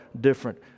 different